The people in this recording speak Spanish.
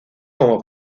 como